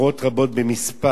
עשרות רבות במספר,